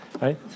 right